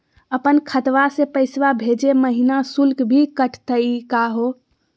अपन खतवा से पैसवा भेजै महिना शुल्क भी कटतही का हो?